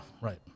Right